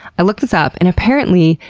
i looked this up and apparently,